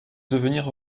devenir